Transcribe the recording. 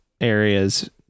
areas